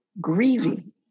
grieving